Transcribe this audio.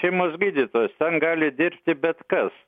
šeimos gydytojas ten gali dirbti bet kas